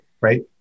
right